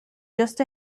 just